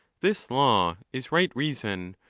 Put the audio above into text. this law is right reason,